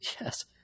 yes